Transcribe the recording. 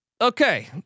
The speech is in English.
Okay